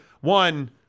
one